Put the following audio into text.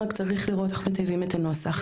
רק צריך לראות איך מטייבים את הנוסח.